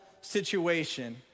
situation